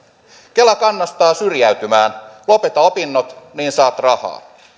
kela kannustaa syrjäytymään lopeta opinnot niin saat rahaa